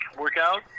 workout